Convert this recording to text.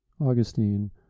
Augustine